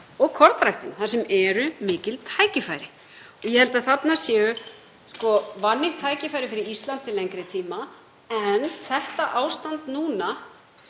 og kornræktina þar sem eru mikil tækifæri. Ég held að þarna séu vannýtt tækifæri fyrir Ísland til lengri tíma. En þetta ástand í